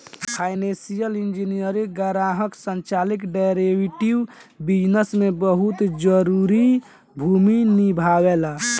financial engineering ग्राहक संचालित derivative business में बहुत जरूरी भूमिका निभावेला